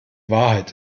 wahrheit